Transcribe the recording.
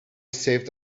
saved